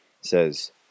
says